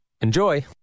Enjoy